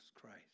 Christ